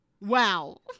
Wow